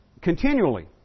Continually